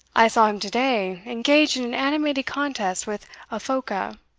i saw him to-day engage in an animated contest with a phoca,